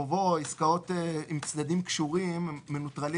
עסקאות עם צדדים קשורים הם מנוטרלים